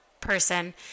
person